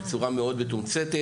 בצורה מאוד מתומצתת,